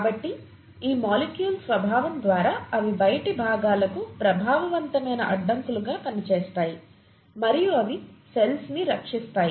కాబట్టి ఈ మాలిక్యూల్స్ స్వభావం ద్వారా అవి బయటి భాగాలకు ప్రభావవంతమైన అడ్డంకులుగా పనిచేస్తాయి మరియు అవి సెల్స్ ని రక్షిస్తాయి